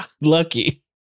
Lucky